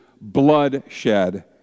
bloodshed